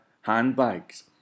handbags